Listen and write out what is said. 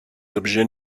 objets